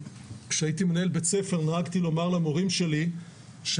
כשהייתי מנהל בית ספר נהגתי לומר למורים שלי שהשם